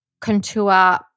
contour